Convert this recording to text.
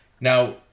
Now